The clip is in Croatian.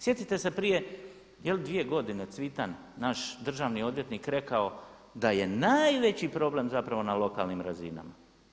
Sjetite se prije jel dvije godine Cvitan naš državni odvjetnik rekao da je najveći problem zapravo na lokalnim razinama.